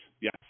Yes